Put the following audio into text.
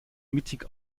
mittig